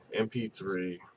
MP3